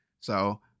So-